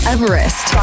Everest